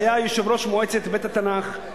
שהיה יושב-ראש מועצת בית-התנ"ך,